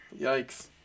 Yikes